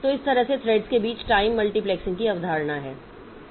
तो इस तरह से थ्रेड्स के बीच टाइम मल्टीप्लेक्सिंग की अवधारणा है